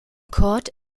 court